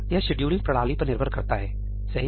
यह शेड्यूलिंग प्रणाली पर निर्भर करता है सही